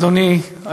בבקשה, אדוני.